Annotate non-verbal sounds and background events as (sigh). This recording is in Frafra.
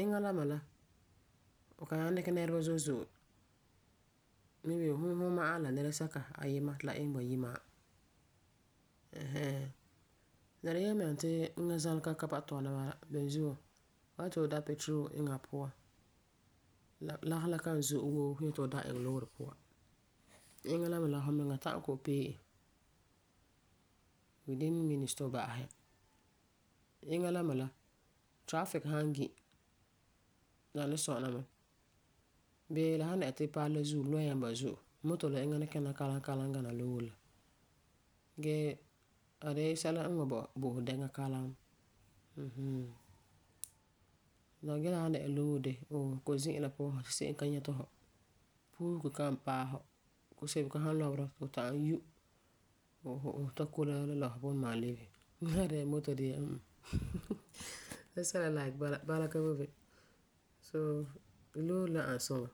Eŋa la me la fu kan nyaŋɛ dikɛ nɛreba zo'e zo'e. Maybe fum ma'a la nɛresɛka ti la iŋɛ bayi ma'a. Ɛɛn hɛɛn. La de yelemɛŋɛrɛ ti eŋa zalega ka ba'am tɔna bala beni zuo, fu san yeti fu da petrol iŋe a puan lagefɔ kan zo'e wuu fu yeti fu da iŋɛ loore puan. Eŋa la me la fumiŋa ta'am kɔ'ɔm pee e, la kan yue ti fu ba'asɛ ya. Eŋa la me la, traffic san gi, la ni sɔna mɛ bii la san dɛna ti palɛ la zuo, la lɔa n ba'am zo'e, moto la ni kina kalam kalam gana loore la Gee a de la sɛla n wan bo fu dɛna kalam gana loore la. Mm hmm. Gee la san dɛna loore de ooh, fu kɔ'ɔm zi'an la puan sa se'em ka nyɛti fu, puusego me kan paɛ fu. Kusebego san lɔbera, fu ta'am yu fu fu takɔla la bunduma la lebese. Gee la san dɛna moto dee m m (laughs) sɛsɛla la bala ka boi bini.